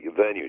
venues